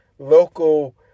Local